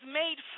made